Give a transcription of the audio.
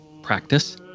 Practice